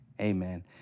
amen